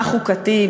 מה חוקתי,